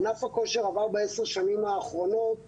ענף הכושר עבר בעשר שנים האחרונות